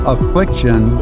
Affliction